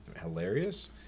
hilarious